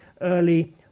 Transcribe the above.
early